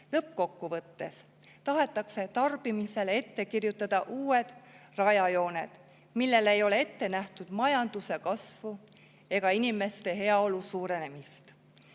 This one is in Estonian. Lõppkokkuvõttes tahetakse tarbimisele ette kirjutada uued rajajooned, mille kohaselt ei ole ette nähtud majanduse kasvu ega inimeste heaolu suurenemist.